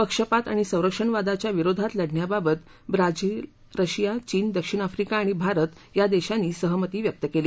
पक्षपात आणि संरक्षणवादाच्या विरोधात लढण्याबाबत ब्राझील रशिया चीन दक्षिण आफ्रिका आणि भारत या देशांनी सहमती व्यक्त केली